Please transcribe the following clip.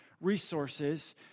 resources